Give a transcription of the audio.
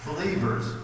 believers